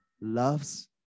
loves